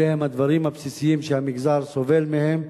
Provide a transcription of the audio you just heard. אלה הם הדברים הבסיסיים שהמגזר סובל בהם,